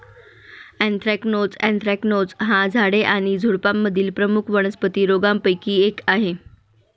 anthracnose anthracnose हा झाडे आणि झुडुपांमधील प्रमुख वनस्पती रोगांपैकी एक आहे